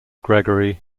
gregory